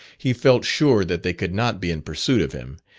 he felt sure that they could not be in pursuit of him,